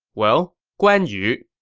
well, guan yu.